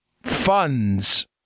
funds